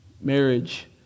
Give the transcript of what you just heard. marriage